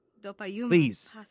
Please